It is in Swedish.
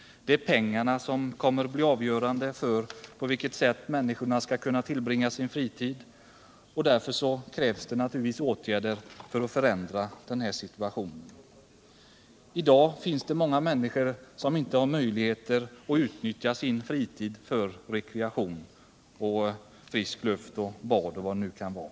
Det är pengarna som kommer att bli avgörande för på vilket sätt människor kan tillbringa sin fritid, och därför krävs det naturligtvis åtgärder för att förändra den här situationen. I dag finns det många människor som inte har möjlighet att utnyttja sin fritid för rekreation — frisk luft, bad och vad det nu kan vara.